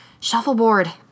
Shuffleboard